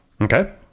Okay